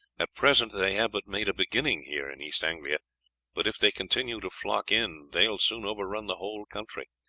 at present they have but made a beginning here in east anglia but if they continue to flock in they will soon overrun the whole country,